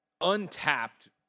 untapped